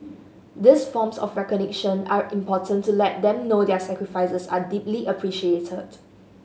these forms of recognition are important to let them know their sacrifices are deeply appreciated